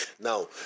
now